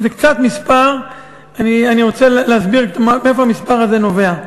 אני רוצה להסביר מאיפה המספר הזה נובע.